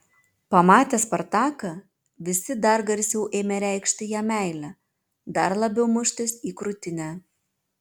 pamatę spartaką visi dar garsiau ėmė reikšti jam meilę dar labiau muštis į krūtinę